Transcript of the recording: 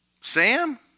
Sam